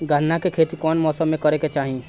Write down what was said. गन्ना के खेती कौना मौसम में करेके चाही?